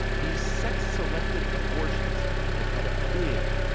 these sex selection abortions have had a big,